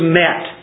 met